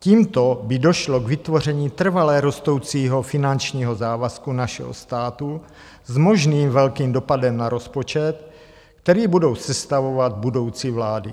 Tímto by došlo k vytvoření trvale rostoucího finančního závazku našeho státu s možným velkým dopadem na rozpočet, který budou sestavovat budoucí vlády.